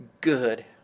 good